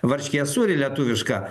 varškės sūrį lietuvišką